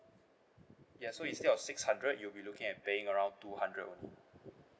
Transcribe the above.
ya so instead of six hundred you'll be looking at paying around two hundred only